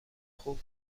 خوب